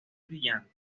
brillante